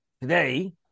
today